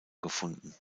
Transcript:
gefunden